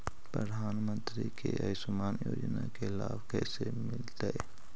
प्रधानमंत्री के आयुषमान योजना के लाभ कैसे मिलतै?